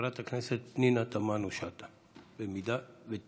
חברת הכנסת פנינה תמנו שטה, אם תהיה.